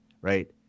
right